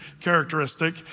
characteristic